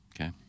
Okay